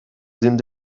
sind